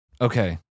Okay